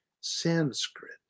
Sanskrit